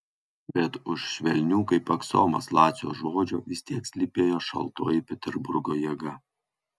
bet už švelnių kaip aksomas lacio žodžių vis tiek slypėjo šaltoji peterburgo jėga